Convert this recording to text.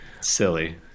Silly